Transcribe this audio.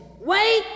Wait